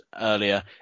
earlier